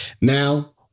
Now